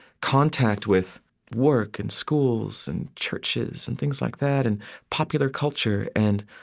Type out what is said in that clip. contact with work and schools and churches and things like that and popular culture and